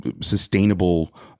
sustainable